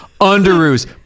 Underoos